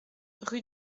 rue